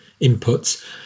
inputs